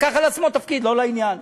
לקח על עצמו תפקיד לא לעניין.